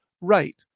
right